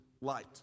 light